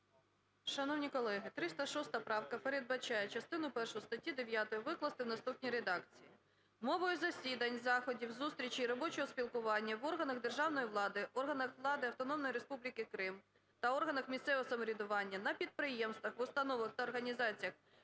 Шановні колеги, 306 правка передбачає частину першу статті 9 викласти в наступній редакції: "Мовою засідань, заходів, зустрічейі робочого спілкування в органах державної влади, органах влади Автономної Республіки Крим та органах місцевого самоврядування, на підприємствах, в установах та організаціях